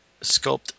sculpt